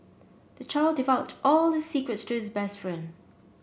the child divulged all his secrets to his best friend